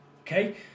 okay